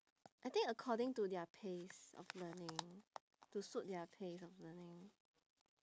I think according to their pace of learning to suit their pace of learning